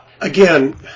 Again